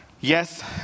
Yes